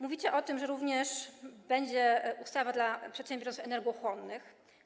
Mówicie o tym, że będzie również ustawa dla przedsiębiorstw energochłonnych.